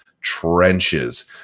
trenches